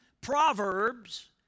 Proverbs